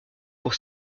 pour